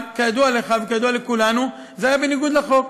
אבל כידוע לך וכידוע לכולנו, זה היה בניגוד לחוק.